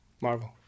Marvel